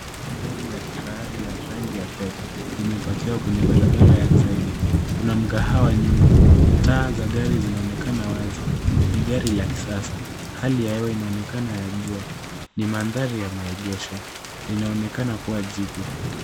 Gari la kifahari la rangi ya fedha limepakiwa kwenye barabara ya zege. Kuna mkahawa nyuma. Taa za gari zinaonekana wazi. Ni gari la kisasa. Hali ya hewa inaonekana ya jua. Ni mandhari ya maegesho, linaloonekana kuwa jipya.